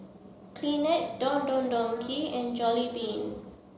Kleenex Don Don Donki and Jollibean